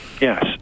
Yes